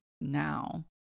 now